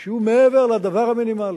שהוא מעבר לדבר המינימלי.